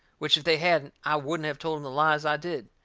which if they hadn't i wouldn't have told em the lies i did.